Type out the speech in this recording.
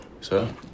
Sir